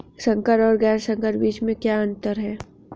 संकर और गैर संकर बीजों में क्या अंतर है?